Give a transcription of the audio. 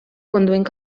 conduint